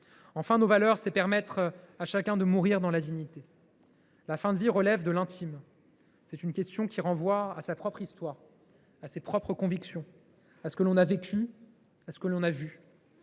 Enfin, nos valeurs, c’est permettre à chacun de mourir dans la dignité. La fin de vie relève de l’intime. C’est une question qui renvoie chacun à sa propre histoire, à ses propres convictions, à ce que l’on a vécu et à ce que l’on a vu.